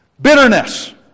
Bitterness